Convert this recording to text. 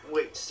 Wait